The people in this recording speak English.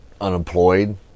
unemployed